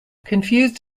confused